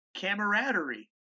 camaraderie